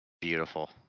Beautiful